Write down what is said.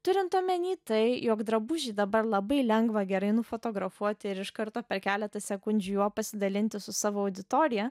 turint omeny tai jog drabužį dabar labai lengva gerai nufotografuoti ir iš karto per keletą sekundžių juo pasidalinti su savo auditorija